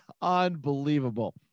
Unbelievable